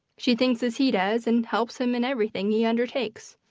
she thinks as he does, and helps him in everything he undertakes.